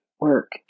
work